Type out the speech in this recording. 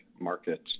markets